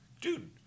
dude